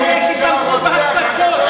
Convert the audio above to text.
אלה שתמכו בהפצצות,